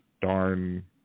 darn